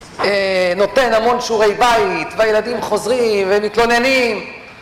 נותן המון שעורי בית והילדים חוזרים ומתלוננים